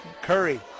Curry